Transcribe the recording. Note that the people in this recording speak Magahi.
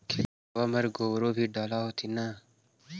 खेतबा मर गोबरो भी डाल होथिन न?